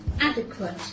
adequate